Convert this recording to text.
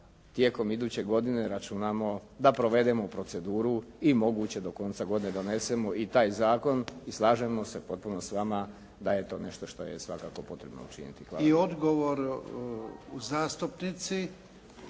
tijekom iduće godine računamo, da provedemo u proceduru i moguće do konca godine donesemo i taj zakon i slažemo se potpuno s vama da je to nešto što je svakako potrebno učiniti. Hvala. **Jarnjak,